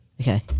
Okay